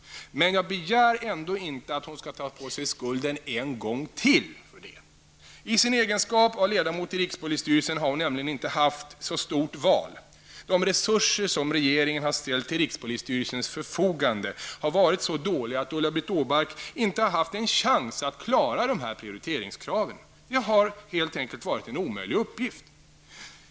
Men jag begär ändå inte att hon skall ta på sig skulden en gång till. I sin egenskap av ledamot i rikspolisstyrelsen har hon inte haft så stort val. De resurser som regeringen har ställt till rikspolisstyrelsens förfogande har varit så dåliga att Ulla-Britt Åbark inte har haft en chans att klara prioriteringskraven. Det har helt enkelt varit en omöjlig uppgift.